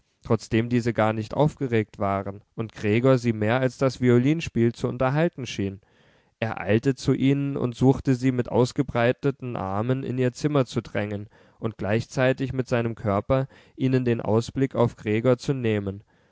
trotzdem diese gar nicht aufgeregt waren und gregor sie mehr als das violinspiel zu unterhalten schien er eilte zu ihnen und suchte sie mit ausgebreiteten armen in ihr zimmer zu drängen und gleichzeitig mit seinem körper ihnen den ausblick auf gregor zu nehmen